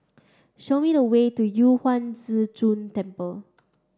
show me the way to Yu Huang Zhi Zun Temple